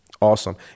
Awesome